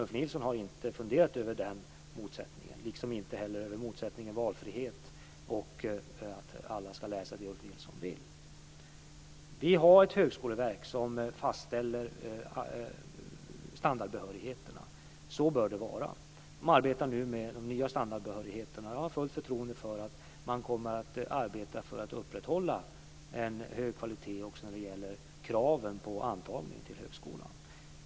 Ulf Nilsson har inte funderat över den motsättningen och inte heller över motsättningen mellan valfrihet och att alla ska läsa det som Ulf Nilsson vill. Vi har ett högskoleverk som fastställer standardbehörigheterna. Så bör det vara. De arbetar nu med de nya standardbehörigheterna, och jag har fullt förtroende för att de kommer att arbeta för att upprätthålla en hög kvalitet också när det gäller kraven på antagningen till högskolan.